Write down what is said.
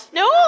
no